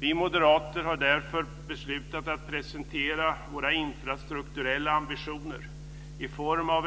Vi moderater har därför beslutat att presentera våra infrastrukturella ambitioner i